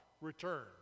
return